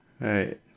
right